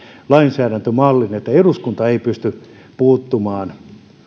lainsäädäntömallin niin että eduskunta ei pysty puuttumaan